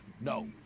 No